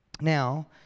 Now